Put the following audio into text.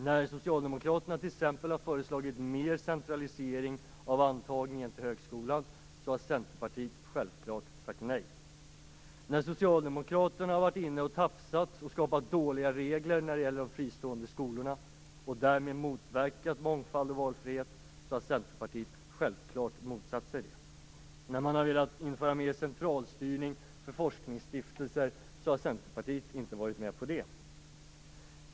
När Socialdemokraterna t.ex. har föreslagit mer centralisering av antagningen till högskolan har Centerpartiet självfallet sagt nej. När Socialdemokraterna har varit inne och tafsat och skapat dåliga regler när det gäller de fristående skolorna och därmed motverkat mångfald och valfrihet har Centerpartiet självfallet motsatt sig detta. När Socialdemokraterna har velat införa mer centralstyrning för forskningsstiftelser har Centerpartiet inte varit med på det.